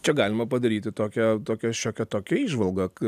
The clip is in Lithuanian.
čia galima padaryti tokią tokią šiokią tokią įžvalgą